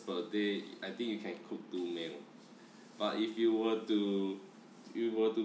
per day I think you can cook two meal but if you were to you were to